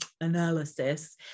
analysis